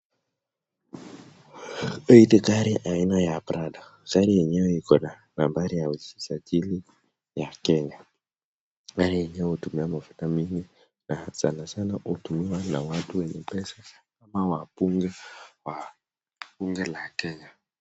Hii ni gari aina ya Prado, gari yenye iko na nambari ya usajili ya Kenya. Gari yenye hutumiwa mafuta mingi na sana sana hutumiwa na watu wenye pesa ama wabunge wa Bunge la Kenya.